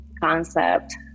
concept